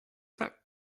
that